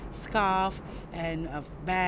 scarf and uh bags